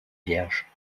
vierge